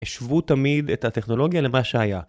השוו תמיד את הטכנולוגיה למה שהיה.